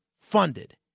funded